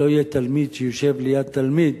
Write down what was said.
שלא יהיה תלמיד שיושב ליד תלמיד,